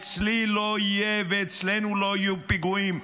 אצלי לא יהיה ואצלנו לא יהיו פיגועים,